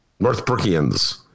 Northbrookians